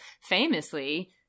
famously